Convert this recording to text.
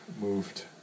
moved